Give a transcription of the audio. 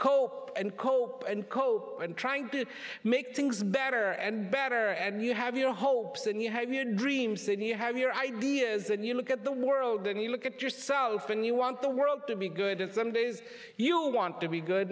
cope and cope and cope and trying to make things better and better and you have your hopes and you have your dreams and you have your ideas and you look at the world and you look at yourself and you want the world to be good and some days you want to be good